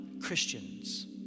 Christians